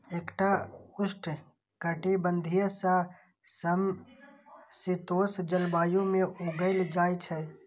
एकरा उष्णकटिबंधीय सं समशीतोष्ण जलवायु मे उगायल जाइ छै